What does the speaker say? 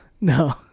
No